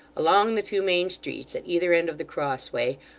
along the two main streets at either end of the cross-way,